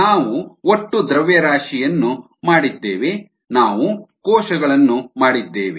ನಾವು ಒಟ್ಟು ದ್ರವ್ಯರಾಶಿಯನ್ನು ಮಾಡಿದ್ದೇವೆ ನಾವು ಕೋಶಗಳನ್ನು ಮಾಡಿದ್ದೇವೆ